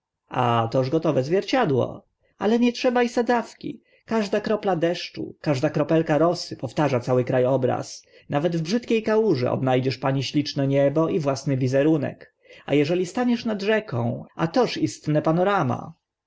a toż gotowe zwierciadło ale nie trzeba i sadzawki każda kropla deszczu każda kropelka rosy powtarza cały kra obraz nawet w brzydkie kałuży odna dziesz pani śliczne niebo i własny wizerunek a eżeli staniesz nad rzeką a toż istne panorama a